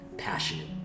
Passionate